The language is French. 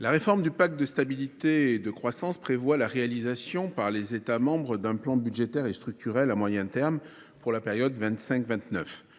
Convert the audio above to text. La réforme du pacte de stabilité et de croissance prévoit la réalisation par les États membres d'un plan budgétaire et structurel à moyen terme pour la période 2025-2029.